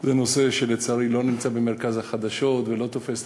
שזה נושא שלצערי לא נמצא במרכז החדשות ולא תופס כותרות.